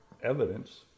evidence